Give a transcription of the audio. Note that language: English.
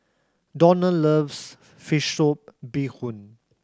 Donal loves fish soup bee hoon